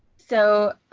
so,